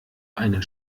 einen